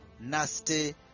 nasty